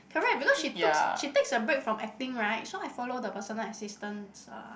correct because she took she takes a break from acting right so I follow the personal assistants ah